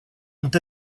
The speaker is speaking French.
ont